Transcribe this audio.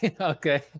Okay